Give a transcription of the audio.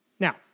Now